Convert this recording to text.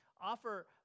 offer